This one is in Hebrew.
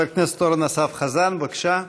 חבר הכנסת אורן אסף חזן, בבקשה.